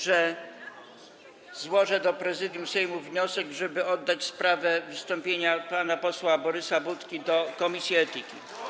że złożę do Prezydium Sejmu wniosek, żeby zgłosić sprawę wystąpienia pana posła Borysa Budki do komisji etyki.